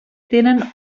tenen